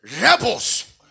rebels